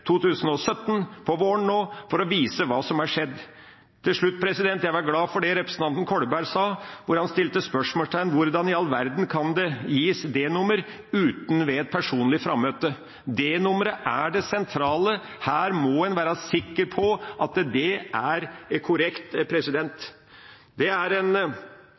2017, nå på våren, for å vise hva som er skjedd. Til slutt: Jeg er glad for det representanten Kolberg sa, hvor han stilte spørsmålstegn ved hvordan i all verden det kan gis D-nummer uten et personlig frammøte. D-nummeret er det sentrale, her må en være sikker på at det er korrekt. Det er